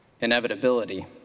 inevitability